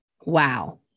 Wow